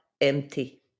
empty